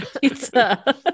pizza